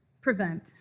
Prevent